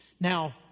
Now